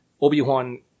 Obi-Wan